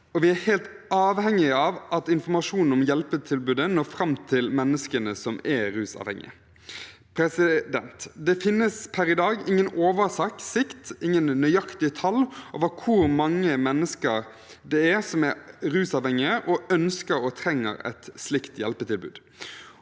Vi er helt avhengig av at informasjon om hjelpetilbudet når fram til menneskene som er rusavhengig. Det finnes per i dag ingen oversikt, ingen nøyaktige tall på hvor mange mennesker det er som er rusavhengige, og som ønsker og trenger et slikt hjelpetilbud.